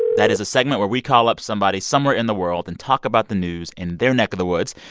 that is a segment where we call up somebody somewhere in the world and talk about the news in their neck of the woods.